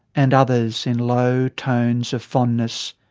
and others in low tones of fondness.